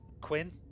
quinn